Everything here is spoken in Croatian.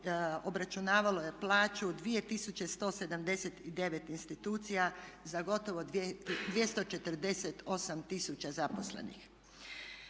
obračunavalo je plaću 2179 institucija za gotovo 248 tisuća zaposlenih.